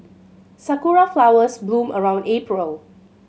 sakura flowers bloom around April